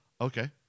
Okay